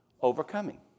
Overcoming